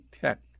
tech